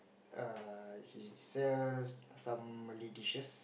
err he sells some Malay dishes